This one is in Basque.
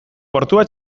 portua